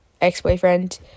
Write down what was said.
ex-boyfriend